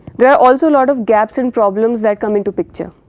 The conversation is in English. there are also lot of gaps and problems that come into picture.